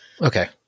Okay